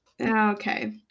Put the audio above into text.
Okay